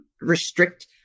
restrict